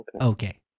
Okay